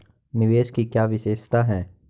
निवेश की क्या विशेषता है?